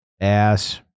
ass